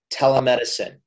telemedicine